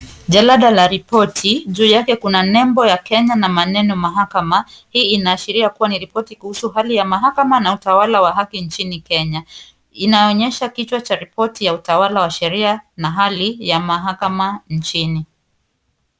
Jalada la ripoti. Juu yake kuna nembo ya Kenya na maneno mahakama. Hii inaashiria kuwa ni ripoti kuhusu hali ya mahakama na utawala wa haki nchini Kenya. Inaonyesha kichwa cha ripoti ya utawala wa sheria na hali ya mahakama nchini.